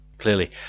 Clearly